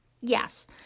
Yes